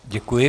Děkuji.